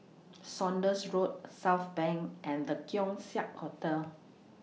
Saunders Road Southbank and The Keong Saik Hotel